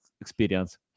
experience